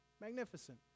magnificent